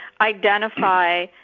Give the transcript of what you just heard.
identify